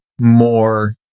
more